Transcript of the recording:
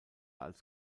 als